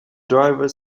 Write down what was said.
driver